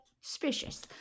Suspicious